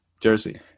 jersey